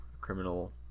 criminal